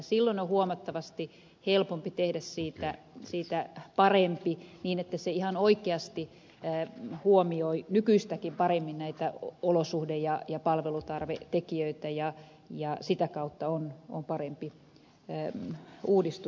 silloin on huomattavasti helpompi tehdä siitä parempi niin että se ihan oikeasti huomioi nykyistäkin paremmin näitä olosuhde ja palvelutarvetekijöitä ja sitä kautta on parempi uudistus